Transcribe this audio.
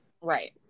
Right